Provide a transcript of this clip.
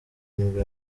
nibwo